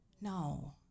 No